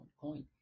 coin